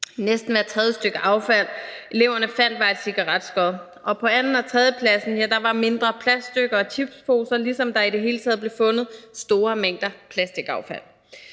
Næsten hvert tredje stykke affald, eleverne fandt, var et cigaretskod, og på anden- og tredjepladsen var det mindre plaststykker og chipsposer, ligesom der i det hele taget blev fundet store mængder plastikaffald.